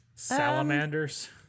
salamanders